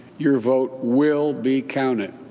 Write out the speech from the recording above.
your vote will be counted.